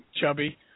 Chubby